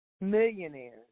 millionaires